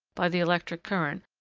by the electric current,